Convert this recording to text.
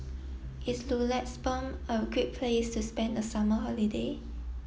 is Luxembourg a great place to spend the summer holiday